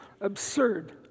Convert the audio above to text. absurd